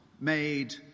made